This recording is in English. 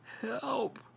Help